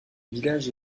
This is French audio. village